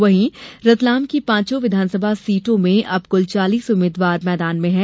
वहीं रतलाम की पांचों विधानसभा सीटों में अब कुल चालीस उम्मीद्वार मैदान में हैं